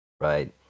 right